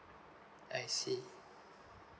I see